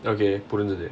okay புரிஞ்சுது:purinjuthu